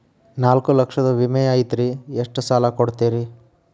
ನಾಲ್ಕು ಲಕ್ಷದ ವಿಮೆ ಐತ್ರಿ ಎಷ್ಟ ಸಾಲ ಕೊಡ್ತೇರಿ?